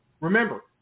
Remember